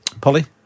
Polly